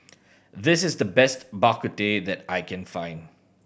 this is the best Bak Kut Teh that I can find